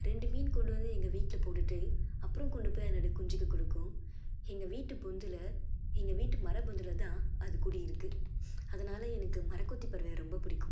ரெண்டு மீன் கொண்டு வந்து எங்கள் வீட்டில போட்டுகிட்டு அப்புறம் கொண்டுபோய் அதனோடய குஞ்சுக்கும் கொடுக்கும் எங்கள் வீட்டு பொந்தில் எங்கள் வீட்டு மர பொந்தில் தான் அது குடி இருக்குது அதுனால் எனக்கும் மரங்கொத்தி பறவையை ரொம்ப பிடிக்கும்